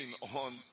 on